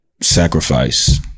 sacrifice